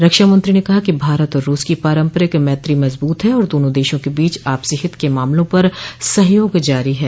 रक्षामंत्री ने कहा कि भारत और रूस की पारंपरिक मैत्री मजबूत है और दोनों देशों के बीच आपसी हित के मामलों पर सहयोग जारी है